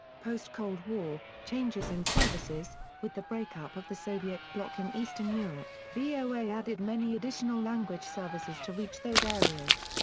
post cold war changes in services with the breakup of the soviet bloc in eastern europe, voa added many additional language services to reach those areas.